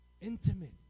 Intimate